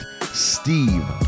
Steve